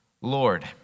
Lord